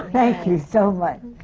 thank you so much.